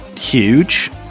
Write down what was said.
huge